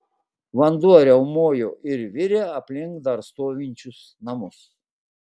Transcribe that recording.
vanduo riaumojo ir virė aplink dar stovinčius namus